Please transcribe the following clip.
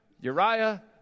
Uriah